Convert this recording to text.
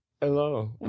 Hello